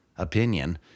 opinion